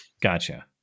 gotcha